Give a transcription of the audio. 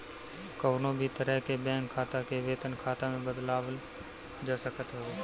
कवनो भी तरह के बैंक खाता के वेतन खाता में बदलवावल जा सकत हवे